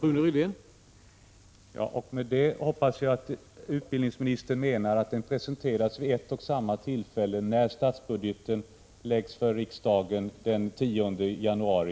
Herr talman! Med detta hoppas jag att utbildningsministern menar att den presenteras vid ett och samma tillfälle, nämligen när statsbudgeten läggs på riksdagens bord den 10 januari.